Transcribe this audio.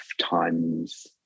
times